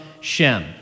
Shem